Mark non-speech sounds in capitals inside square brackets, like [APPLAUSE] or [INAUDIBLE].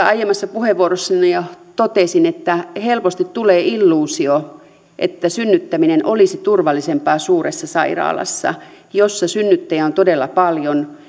[UNINTELLIGIBLE] aiemmassa puheenvuorossani jo totesin helposti tulee illuusio että synnyttäminen olisi turvallisempaa suuressa sairaalassa jossa synnyttäjiä on todella paljon ja